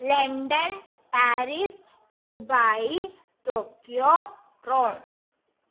London Paris Dubai Tokyo Rome